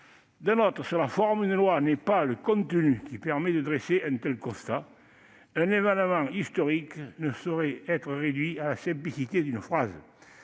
Sur la forme, une loi n'est pas le support qui permet de dresser un tel constat : un événement historique ne saurait être réduit à la simplicité d'une phrase.